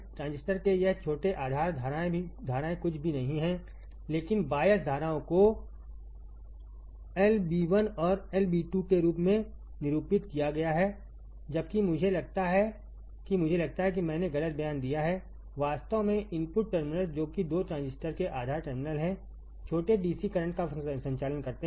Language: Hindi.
ट्रांजिस्टर के यह छोटे आधार धाराएँ कुछ भी नहीं हैं लेकिन बायस धाराओं को Ib1और Ib2 केरूप में निरूपित किया गया है जबकि मुझे लगता है कि मुझे लगता है कि मैंने गलत बयान दिया है वास्तव में इनपुट टर्मिनल्स जो कि 2 ट्रांजिस्टर के आधार टर्मिनल हैं छोटे डीसी करंट का संचालन करते हैं